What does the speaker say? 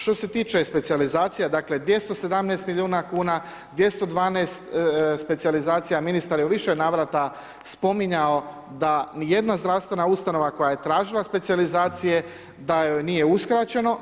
Što se tiče specijalizacija, dakle 2017. milijuna kuna, 2012. specijalizacija ministara je u više navrata spominjao da ni jedna zdravstvena ustanova koja je tražila specijalizacije da joj nije uskraćeno.